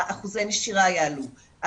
אחוזי הנשירה יעלו,